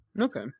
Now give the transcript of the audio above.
Okay